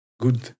good